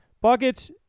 Buckets